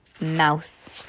mouse